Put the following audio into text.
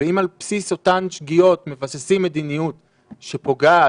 אם על בסיס אותן שגיאות מבססים מדיניות שפוגעת,